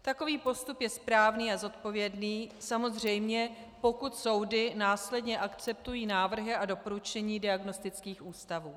Takový postup je správný a zodpovědný, samozřejmě pokud soudy následně akceptují návrhy a doporučení diagnostických ústavů.